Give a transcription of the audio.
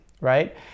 right